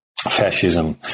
fascism